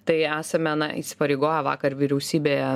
tai esame na įsipareigoję vakar vyriausybėje